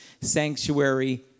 sanctuary